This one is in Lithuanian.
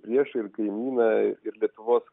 priešą ir kaimyną ir lietuvos